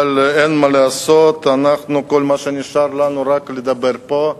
אבל אין מה לעשות, כל מה שנשאר לנו זה לדבר פה,